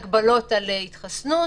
והגבלות על התחסנות.